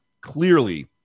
clearly